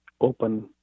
open